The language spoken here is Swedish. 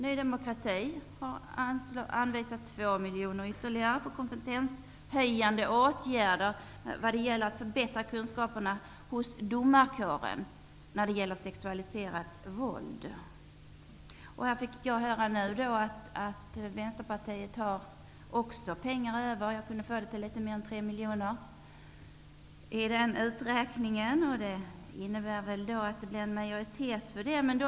Ny demokrati vill anvisa 2 miljoner mer för kompetenshöjande åtgärder, bl.a. för att förbättra kunskaperna hos domarkåren vad gäller det sexualiserade våldets offer. Jag fick nu höra att också Vänsterpartiet har pengar över, såvitt jag förstod litet över 3 miljoner kronor, på denna punkt, och det innebär väl att det blir majoritet för detta.